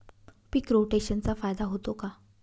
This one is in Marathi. पीक रोटेशनचा फायदा होतो का?